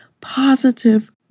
positive